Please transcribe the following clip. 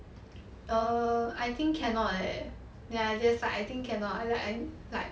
err I think cannot leh ya just like I think cannot I like like